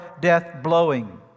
death-blowing